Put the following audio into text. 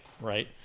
Right